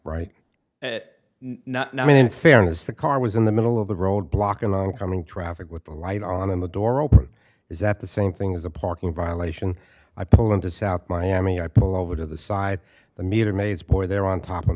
mean in fairness the car was in the middle of the road blocking on coming traffic with the light on and the door open is that the same thing as a parking violation i pull into south miami i pull over to the side the meter maids pour there on top of